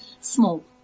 Small